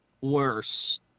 worse